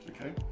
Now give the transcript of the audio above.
okay